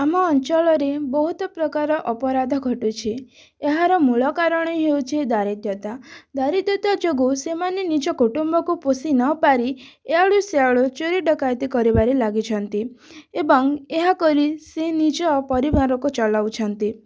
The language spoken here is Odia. ଆମ ଅଞ୍ଚଳରେ ବହୁତ ପ୍ରକାର ଅପରାଧ ଘଟୁଛି ଏହାର ମୂଳ କାରଣ ହେଉଛି ଦାରିଦ୍ର୍ୟତା ଦାରିଦ୍ର୍ୟତା ଯୋଗୁଁ ସେମାନେ ନିଜ କୁଟୁମ୍ବକୁ ପୋଷି ନପାରି ଏଇଆଡ଼ୁ ସେଇଆଡ଼ୁ ଚୋରି ଡ଼କାୟତି କରିବାରେ ଲାଗିଛନ୍ତି ଏବଂ ଏହା କରି ସେ ନିଜ ପରିବାରକୁ ଚଳାଉଛନ୍ତି